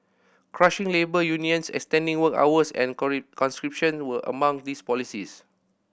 crushing labour unions extending work hours and conscription were among these policies